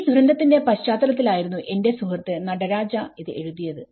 ഈ ദുരന്തത്തിന്റെ പശ്ചാത്തലത്തിലായിരുന്നു എന്റെ സുഹൃത്ത് നടരാജ ഇത് എഴുതിയത്